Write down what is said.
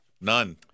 none